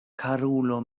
karulo